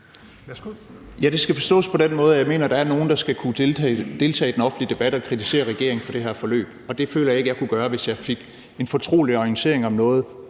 Ja, det skal forstås på den måde, at jeg mener, at der er nogle, der skal kunne deltage i den offentlige debat og kritisere regeringen for det her forløb, og det føler jeg ikke jeg kunne gøre, hvis jeg fik en fortrolig orientering om noget,